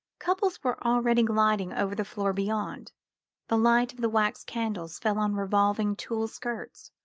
couples were already gliding over the floor beyond the light of the wax candles fell on revolving tulle skirts,